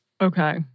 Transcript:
Okay